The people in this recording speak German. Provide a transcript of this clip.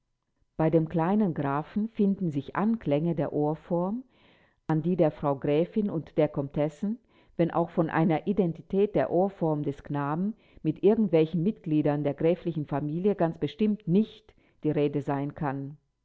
bei dem kleinen grafen finden sich anklänge der ohrform an die der frau gräfin und der komtessen wenn auch von einer identität der ohrform des knaben mit irgendwelchen mitgliedern der gräflichen familie ganz bestimmt nicht die rede sein kann